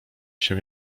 się